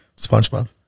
SpongeBob